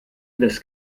übers